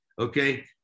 okay